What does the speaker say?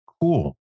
Cool